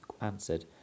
answered